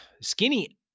Skinny